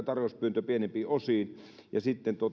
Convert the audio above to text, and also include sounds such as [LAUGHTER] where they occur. [UNINTELLIGIBLE] tarjouspyyntö pienempiin osiin ja sitten